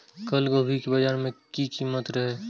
कल गोभी के बाजार में की कीमत रहे?